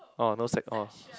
orh no sex all